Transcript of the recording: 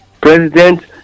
President